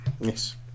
yes